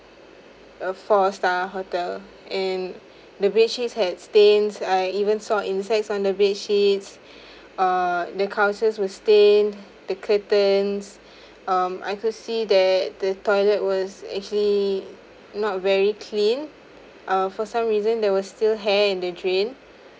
a four star hotel and the bedsheet had stains I even saw insects on the bedsheets err the closet were stain the curtains um I could see there the toilet was actually not very clean uh for some reason there was still hair in the drain